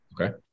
Okay